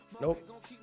Nope